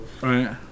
Right